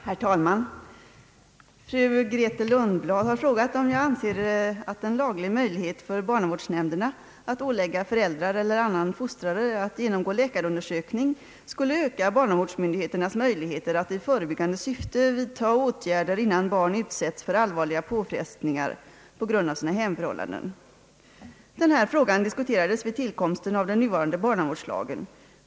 Herr talman! Fru Grethe Lundblad har frågat om jag anser, att en laglig möjlighet för barnavårdsnämnderna att ålägga föräldrar eller annan fostrare att genomgå läkarundersökning skulle öka barnavårdsmyndigheternas möjligheter att i förebyggande syfte vidta åtgärder innan barn utsätts för allvarliga påfrestningar på grund av sina hemförhållanden. Den här frågan diskuterades vid tillkomsten av den nuvarande barnavårdslagen.